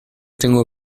tengo